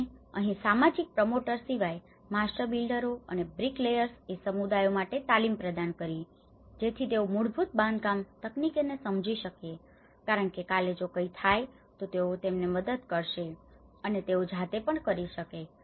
અને અહીં સામાજિક પ્રમોટરો સિવાય માસ્ટર બિલ્ડરો અને બ્રીકલેયર્સએ સમુદાયો માટે તાલીમ પ્રદાન કરી છે જેથી તેઓ મૂળભૂત બાંધકામ તકનીકોને સમજી શકે કારણ કે કાલે જો કઈ થાય તો તેઓ તેમને મદદ કરશે અને તેઓ જાતે પણ કરી શકે છે